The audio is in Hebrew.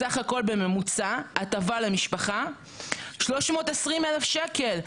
בסך הכול בממוצע הטבה למשפחה 320,000 שקלים.